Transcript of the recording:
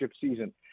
season